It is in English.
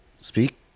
Speak